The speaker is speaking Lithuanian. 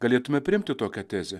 galėtume priimti tokią tezę